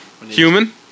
Human